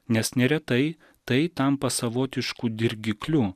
nes neretai tai tampa savotišku dirgikliu